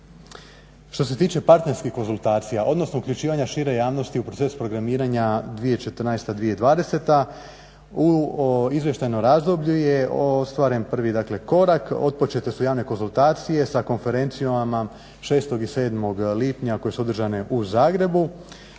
Što se tiče partnerskih konzultacija, odnosno uključivanja šire javnosti u proces programiranja 2014./2020. u izvještajnom razdoblju je ostvaren prvi, dakle korak. Otpočete su javne konsultacije sa konferencijama šestog i sedmog lipnja koje su održane u Zagrebu.